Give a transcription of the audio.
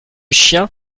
chien